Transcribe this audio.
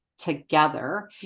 together